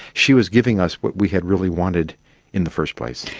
she was giving us what we had really wanted in the first place.